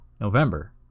November